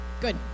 good